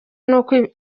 nuko